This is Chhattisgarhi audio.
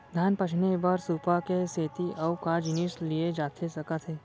धान पछिने बर सुपा के सेती अऊ का जिनिस लिए जाथे सकत हे?